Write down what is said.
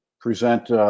present